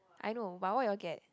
I know but what you all get